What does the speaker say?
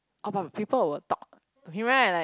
oh but people will talk to him right like